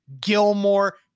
Gilmore